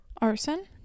Arson